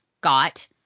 got